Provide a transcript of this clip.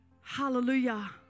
Hallelujah